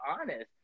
honest